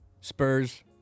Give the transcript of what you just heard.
spurs